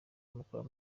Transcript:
mukuru